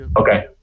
Okay